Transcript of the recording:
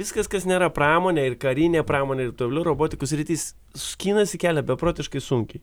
viskas kas nėra pramonė ir karinė pramonė ir tuojau robotikos sritis skinasi kelią beprotiškai sunkiai